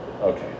okay